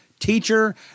teacher